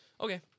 okay